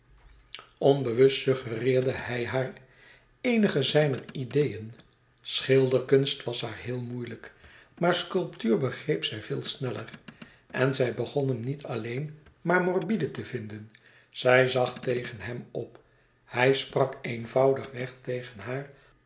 onbewust suggereerde hij haar eenige zijner ideeën schilderkunst was haar heel moeilijk maar sculptuur begreep zij veel sneller en zij begon hem niet alleen maar morbide te vinden zij zag tegen hem op hij sprak eenvoudig weg tegen haar